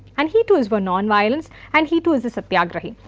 and he too is for non-violence and he too is a satyagrahi.